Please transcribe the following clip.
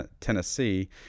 Tennessee